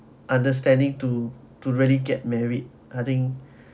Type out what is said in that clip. understanding to to really get married I think